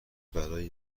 برای